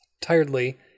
Tiredly